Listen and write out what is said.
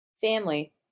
family